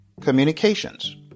communications